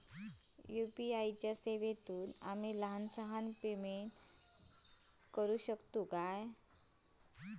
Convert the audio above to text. UPI च्या सेवेतून आम्ही लहान सहान पेमेंट करू शकतू काय?